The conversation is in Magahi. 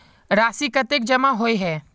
राशि कतेक जमा होय है?